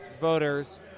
voters